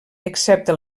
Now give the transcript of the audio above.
excepte